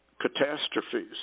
catastrophes